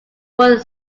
would